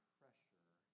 pressure